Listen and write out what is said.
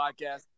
podcast